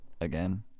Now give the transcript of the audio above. again